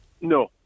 No